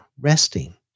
resting